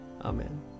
Amen